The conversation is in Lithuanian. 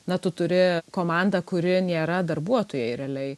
na tu turi komandą kuri nėra darbuotojai realiai